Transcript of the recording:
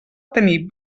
obtenir